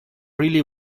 really